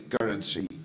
currency